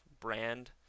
brand